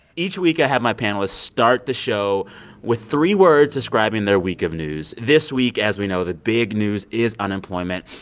each week, i have my panelists start the show with three words describing their week of news. this week, as we know, the big news is unemployment.